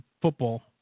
football